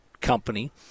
Company